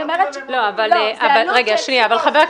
אז יהיה עוד אחד.